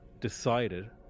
decided